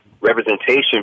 representation